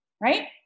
right